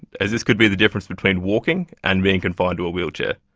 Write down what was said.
as this could be the difference between walking and being confined to a wheelchair.